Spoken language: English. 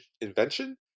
invention